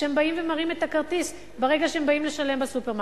והם באים ומראים את הכרטיס ברגע שהם באים לשלם בסופרמרקט.